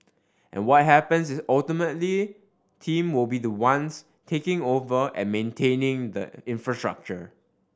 and what happens is ultimately team will be the ones taking over and maintaining the infrastructure